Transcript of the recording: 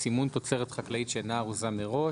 (סימון תוצרת חקלאית שאינה ארוזה מראש),